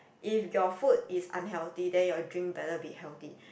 if your food is unhealthy then your drink better be healthy